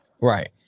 Right